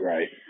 Right